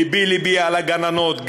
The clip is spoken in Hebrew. לבי לבי על הגננות.